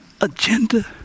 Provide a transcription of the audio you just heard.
agenda